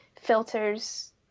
filters